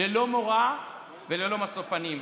ללא מורא וללא משוא פנים.